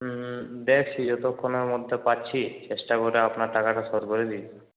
দেখছি যতক্ষণের মধ্যে পারছি চেষ্টা করে আপনার টাকাটা শোধ করে দিই